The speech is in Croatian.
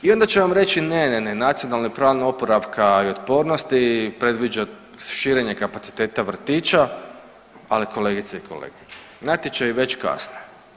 I onda će vam reći, ne, ne, ne, Nacionalni plan oporavka i otpornosti predviđa širenje kapaciteta vrtića, ali kolegice i kolege, natječaji već kasne.